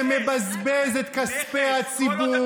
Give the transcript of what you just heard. שמבזבז את כספי הציבור.